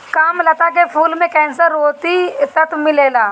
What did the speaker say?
कामलता के फूल में कैंसर रोधी तत्व मिलेला